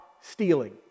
stealing